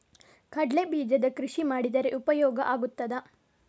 ಕಡ್ಲೆ ಬೀಜದ ಕೃಷಿ ಮಾಡಿದರೆ ಉಪಯೋಗ ಆಗುತ್ತದಾ?